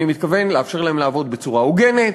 מתכוון לאפשר להם לעבוד בצורה הוגנת,